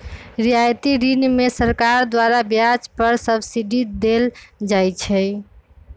रियायती ऋण में सरकार द्वारा ब्याज पर सब्सिडी देल जाइ छइ